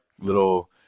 little